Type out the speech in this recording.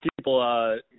people